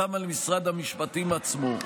גם על משרד המשפטים עצמו.